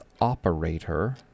operator